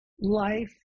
life